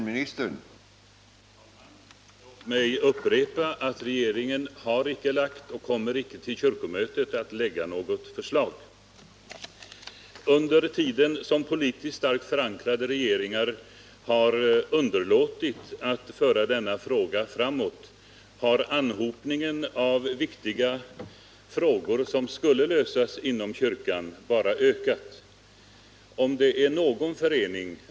Herr talman! Låt mig upprepa att regeringen icke har lagt fram och icke kommer att till kyrkomötet lägga fram något förslag. Under tiden som politiskt starkt förankrade regeringar har underlåtit att föra denna fråga framåt har anhopningen av viktiga frågor som skulle lösas inom kyrkan bara — Nr 34 ökat.